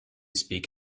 speak